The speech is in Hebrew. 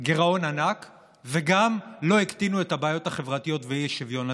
ענק וגם לא הקטינו את הבעיות החברתיות והאי-שוויון.